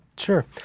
Sure